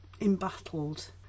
embattled